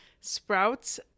Sprouts